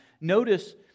notice